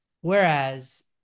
Whereas